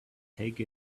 take